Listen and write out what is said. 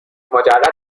مجرد